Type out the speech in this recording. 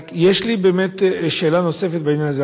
רק יש לי, באמת, שאלה נוספת בעניין הזה.